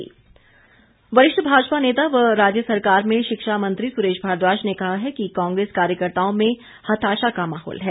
सुरेश भारद्वाज वरिष्ठ भाजपा नेता व राज्य सरकार में शिक्षा मंत्री सुरेश भारद्वाज ने कहा है कि कांग्रेस कार्यकर्त्ताओं में हताशा का माहौल है